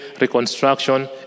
reconstruction